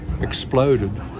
exploded